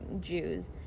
Jews